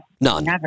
none